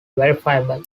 verifiable